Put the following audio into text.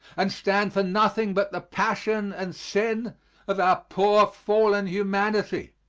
and stand for nothing but the passion and sin of our poor fallen humanity.